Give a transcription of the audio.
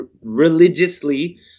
religiously